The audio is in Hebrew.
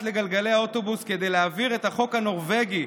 לגלגלי האוטובוס כדי להעביר את החוק הנורבגי,